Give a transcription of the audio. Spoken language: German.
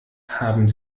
haben